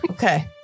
Okay